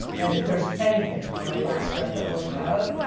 and if there's anything, on my last breath, that i'm most proud of,